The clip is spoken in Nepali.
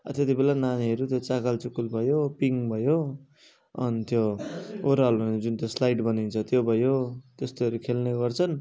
त्यति बेला नानीहरू त्यो चाकल चुकुल भयो पिङ् भयो अनि त्यो ओह्रालो जुन त्यो स्लाइड भनिन्छ त्यो भयो त्यस्तोहरू खेल्ने गर्छन्